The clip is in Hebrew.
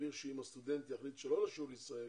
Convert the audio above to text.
נבהיר שאם הסטודנט יחליט שלא לשוב לישראל